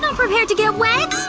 so prepared to get wet!